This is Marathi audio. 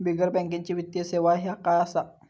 बिगर बँकेची वित्तीय सेवा ह्या काय असा?